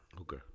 Okay